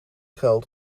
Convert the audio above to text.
geldt